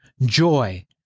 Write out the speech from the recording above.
joy